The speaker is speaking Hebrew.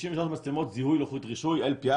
63 מצלמות זיהוי לוחית רישוי LPR